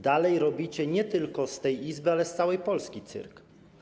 Dalej robicie nie tylko z tej Izby, ale z całej Polski cyrk.